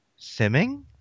simming